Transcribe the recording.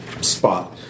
spot